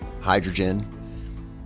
hydrogen